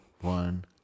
one